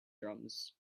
drums